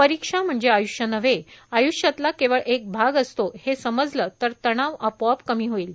परीक्षा म्हणजे आय्ष्य नव्हे आय्ष्यातला केवळ एक भाग असतो हे समजले तर तणाव आपोआप कमी होईल